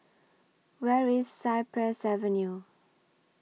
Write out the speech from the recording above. Where IS Cypress Avenue